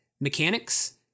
mechanics